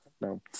No